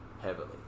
heavily